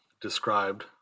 described